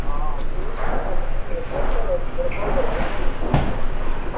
ହଁ ଠିକ ଅଛି ତାହେଲେ ମୁଁ ଟିକେ ଵ୍ୟସ୍ତରେ ଅଛି ପରେ କଲ୍ କରିବି ଆଁ